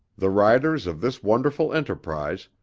the riders of this wonderful enterprise,